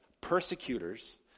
persecutors